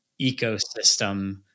ecosystem